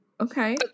Okay